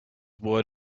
word